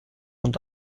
und